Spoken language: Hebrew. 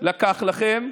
לקח לכם,